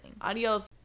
Adios